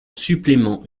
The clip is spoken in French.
supplément